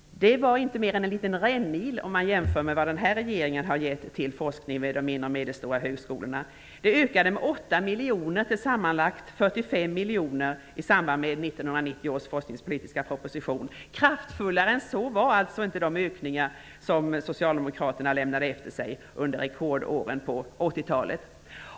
Det var inte mer än en liten rännil om man jämför med vad den här regeringen har satsat på forskning vid de mindre och medelstora högskolorna. Anslaget ökade med 8 Kraftfullare än så var alltså inte de ökningar som Socialdemokraterna lämnade efter sig under rekordåren på 80-talet.